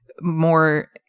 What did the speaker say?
more